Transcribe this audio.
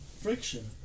friction